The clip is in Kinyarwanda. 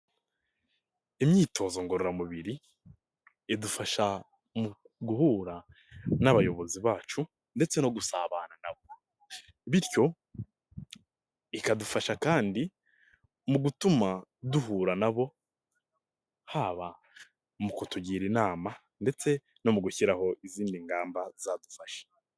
Imyitozo ngororamubiri idufasha mu guhura n'abayobozi bacu ndetse no gusabana nabo, bityo ikadufasha kandi mu gutuma duhura na bo, haba mu kutugira inama ndetse no mu gushyiraho izindi ngamba zadufasha.